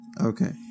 Okay